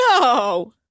no